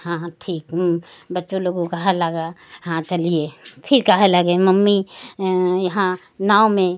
हाँ ठीक मम बच्चों लोग ओ कहने लगा हाँ चलिए फिर कहने लगे मम्मी यहाँ नाव में